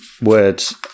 words